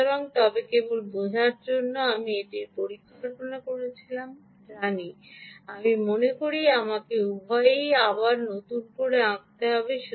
সুতরাং তবে কেবল বোঝার জন্য আমি এটির পরিকল্পনা করেছিলাম জানি আমি মনে করি আমার উভয়কেই আবার নতুন করে আঁকতে হবে